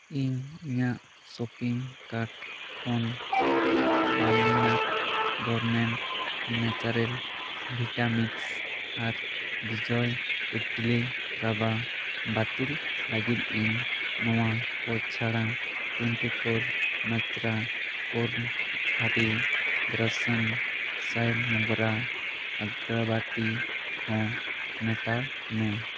ᱤᱧ ᱤᱧᱟᱹᱜ shopping card ᱠᱷᱚᱱ ᱠᱚᱣᱟᱞᱤᱱᱟᱴ ᱜᱚᱨᱢᱮᱱᱴ ᱱᱮᱪᱟᱨᱮᱞ ᱵᱷᱤᱴᱟᱢᱤᱠᱥ ᱟᱨ ᱵᱷᱤᱡᱚᱭ ᱤᱰᱞᱤ ᱨᱟᱵᱷᱟ ᱵᱟᱹᱛᱤᱞ ᱞᱟᱹᱜᱤᱫ ᱤᱧ ᱱᱚᱣᱟ ᱠᱚ ᱪᱷᱟᱲᱟ ᱴᱩᱭᱮᱱᱴᱤ ᱯᱷᱳᱨ ᱢᱟᱱᱛᱨᱟ ᱠᱳᱨᱱ ᱦᱟᱨᱤ ᱫᱚᱨᱥᱚᱱ ᱥᱟᱭ ᱢᱚᱜᱽᱨᱟ ᱟᱜᱚᱨᱵᱟᱛᱤ ᱦᱚᱸ ᱢᱮᱴᱟᱣ ᱢᱮ